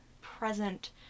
present